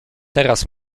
teraz